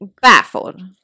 baffled